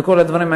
וכל הדברים,